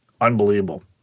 unbelievable